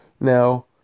Now